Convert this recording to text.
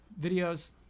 videos